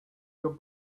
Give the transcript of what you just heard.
your